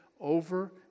over